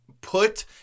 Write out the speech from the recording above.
put